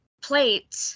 plate